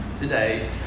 today